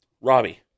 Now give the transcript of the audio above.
Robbie